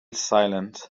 silent